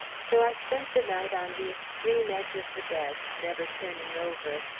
so i spent the night on the extreme edge of the bed, never turning over,